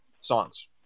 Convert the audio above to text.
songs